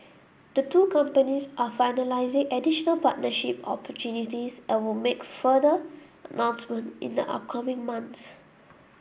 the two companies are finalising additional partnership opportunities and will make further announcement in the upcoming months